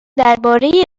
درباره